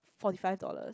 forty five dollars